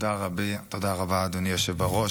תודה רבה, אדוני היושב בראש.